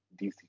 DC